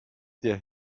der